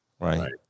Right